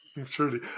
truly